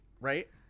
right